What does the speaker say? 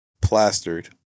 plastered